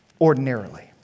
ordinarily